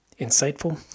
insightful